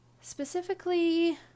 specifically